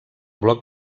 bloc